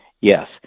Yes